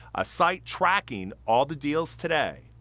a site tracking all the deals today.